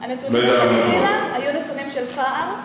הנתונים מלכתחילה היו נתונים של פער,